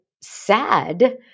sad